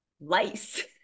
lice